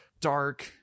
dark